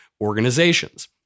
organizations